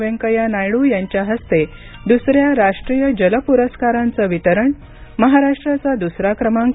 व्यंकय्या नायडू यांच्या हस्ते दुसऱ्या राष्ट्रीय जल पुरस्कारांचं वितरण महाराष्ट्राचा दुसरा क्रमांक